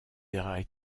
une